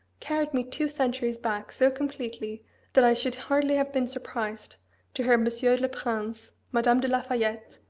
carried me two centuries back so completely that i should hardly have been surprised to hear monsieur le prince, madame de la fayette,